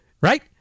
Right